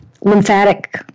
lymphatic